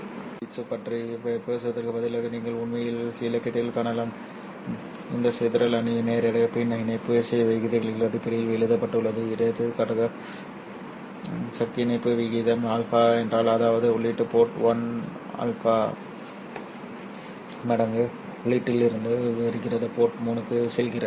இந்த வழியில் வீச்சு பற்றி பேசுவதற்கு பதிலாக நீங்கள் உண்மையில் இலக்கியத்தில் காணலாம் இந்த சிதறல் அணி நேரடியாக மின் இணைப்பு விகிதங்களின் அடிப்படையில் எழுதப்பட்டுள்ளது எடுத்துக்காட்டாக சக்தி இணைப்பு விகிதம் α என்றால் அதாவது உள்ளீடு போர்ட் 1 α மடங்கு உள்ளீட்டிலிருந்து வருகிறது போர்ட் 3 க்கு செல்கிறது